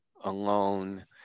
alone